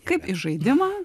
kaip į žaidimą